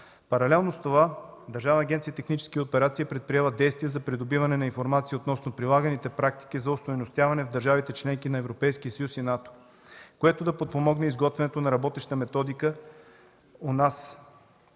Паралелно с това Държавна агенция „Технически операции” е предприела действия за придобиване на информация относно прилаганите практики за остойностяване в държавите – членки на Европейския съюз, и НАТО, което да подпомогне изготвянето на работеща методика у нас.